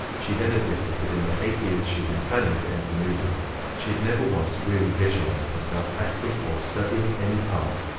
she then admitted that in the eight years she had been planning to enter the movies she had never once really visualized herself acting, or studying any part,